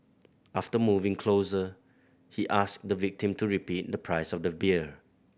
after moving closer he asked the victim to repeat the price of the beer